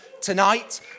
tonight